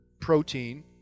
protein